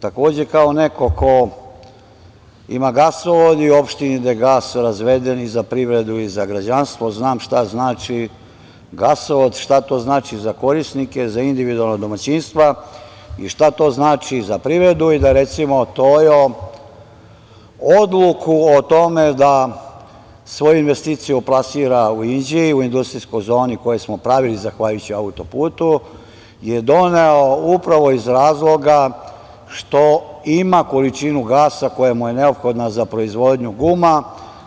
Takođe, kao neko ko ima gasovod u opštini gde je gas razveden i za privredu i za građanstvo, znam šta znači gasovod, šta znači za korisnike, za individualna domaćinstva i šta znači za privredu i recimo da odluku o tome da svoju investiciju plasira u Inđiji, u industrijskoj zoni koju smo pravili zahvaljujući autoputu, je doneo upravo iz razloga što ima količinu gasa koja mu je neophodna za proizvodnju guma,